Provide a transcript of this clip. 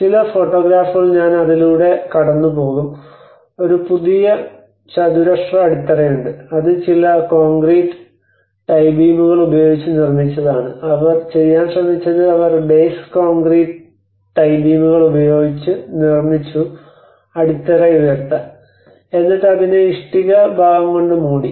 ചില ഫോട്ടോഗ്രാഫുകൾ ഞാൻ അതിലൂടെ കടന്നുപോകും ഒരു പുതിയ ചതുരശ്ര അടിത്തറയുണ്ട് അത് ചില കോൺക്രീറ്റ് ടൈ ബീമുകൾ ഉപയോഗിച്ച് നിർമ്മിച്ചതാണ് അവർ ചെയ്യാൻ ശ്രമിച്ചത് അവർ ബേസ് കോൺക്രീറ്റ് ടൈ ബീമുകൾ ഉപയോഗിച്ച് നിർമ്മിച്ചു അടിത്തറ ഉയർത്താൻ എന്നിട്ട് അതിനെ ഇഷ്ടിക ഭാഗം കൊണ്ട് മൂടി